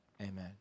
amen